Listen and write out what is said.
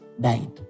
died